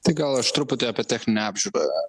tik gal aš truputį apie techninę apžiūrą